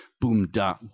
boom-da